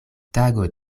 tago